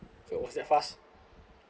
so was that fast